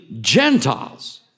Gentiles